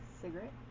cigarette